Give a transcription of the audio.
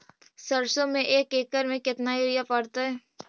सरसों में एक एकड़ मे केतना युरिया पड़तै?